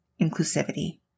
inclusivity